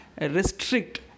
restrict